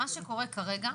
מה שקורה כרגע,